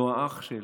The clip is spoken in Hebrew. לא האח של,